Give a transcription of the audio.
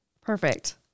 Perfect